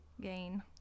gain